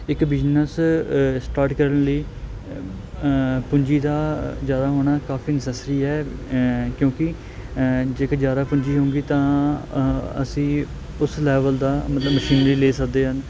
ਇੱਕ business start ਕਰਨ ਲਈ ਪੂੰਜੀ ਦਾ ਜ਼ਿਆਦਾ ਹੋਣਾ ਕਾਫ਼ੀ ਨਸੈਸਰੀ ਹੈ ਕਿਉਂਕਿ ਜੇਕਰ ਜ਼ਿਆਦਾ ਪੁੰਜੀ ਹੋਵੇਗੀ ਤਾਂ ਅਸੀਂ ਉਸ ਲੈਵਲ ਦਾ ਮਤਲਬ ਮਸ਼ੀਨਰੀ ਲੈ ਸਕਦੇ ਹਨ